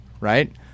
Right